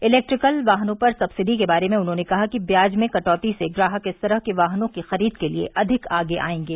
electrical वाहनों पर subsidy के बारे में उन्होंने कहा कि ब्याज में कटौती से ग्राहक इस तरह के वाहनों की खरीद के लिए अधिक आगे आएंगे